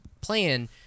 plan